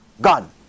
gone